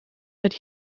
that